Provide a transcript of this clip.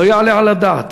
לא יעלה על הדעת